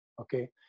okay